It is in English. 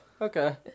okay